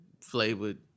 flavored